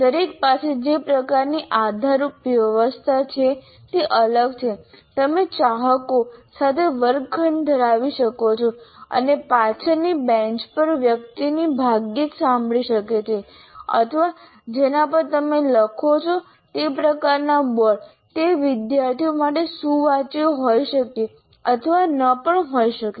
દરેક પાસે જે પ્રકારની આધારરૂપ વ્યવસ્થા છે તે અલગ છે તમે ચાહકો સાથે વર્ગખંડ ધરાવી શકો છો અને પાછળ ની બેંચ પરની વ્યક્તિ ભાગ્યે જ સાંભળી શકે છે અથવા જેના પર તમે લખો છો તે પ્રકારના બોર્ડ તે વિદ્યાર્થીઓ માટે સુવાચ્ય હોઈ શકે છે અથવા ન પણ હોઈ શકે